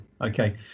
Okay